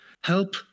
help